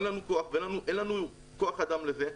אין לנו כוח-אדם לזה,